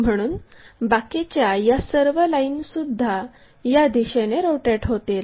म्हणून बाकीच्या या सर्व लाईन सुद्धा या दिशेने रोटेट होतील